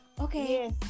okay